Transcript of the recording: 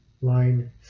line